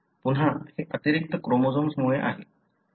पुन्हा हे अतिरिक्त क्रोमोझोम्स मुळे आहे